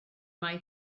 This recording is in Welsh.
mai